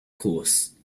course